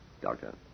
Doctor